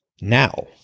Now